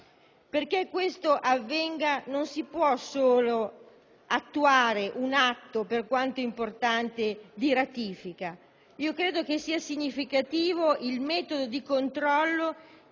Perché questo avvenga non si può solo attuare un atto, per quanto importante, di ratifica. Credo sia significativo il metodo di controllo